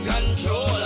Control